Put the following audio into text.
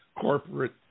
corporate